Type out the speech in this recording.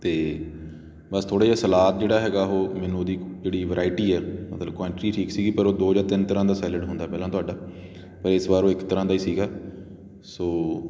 ਅਤੇ ਬਸ ਥੋੜ੍ਹਾ ਜਿਹਾ ਸਲਾਦ ਜਿਹੜਾ ਹੈਗਾ ਉਹ ਮੈਨੂੰ ਉਹਦੀ ਜਿਹੜੀ ਵਰਾਇਟੀ ਹੈ ਮਤਲਬ ਕੁਆਂਟਿਟੀ ਠੀਕ ਸੀਗੀ ਪਰ ਉਹ ਦੋ ਜਾਂ ਤਿੰਨ ਤਰ੍ਹਾਂ ਦਾ ਸੈਲਡ ਹੁੰਦਾ ਪਹਿਲਾਂ ਤੁਹਾਡਾ ਪਰ ਇਸ ਵਾਰ ਉਹ ਇੱਕ ਤਰ੍ਹਾਂ ਦਾ ਹੀ ਸੀਗਾ ਸੋ